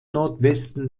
nordwesten